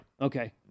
Okay